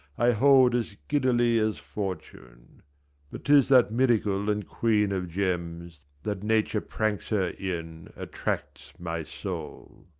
i hold as giddily as fortune but t is that miracle and queen of gems that nature pranks her in attracts my soul.